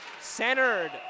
Centered